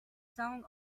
song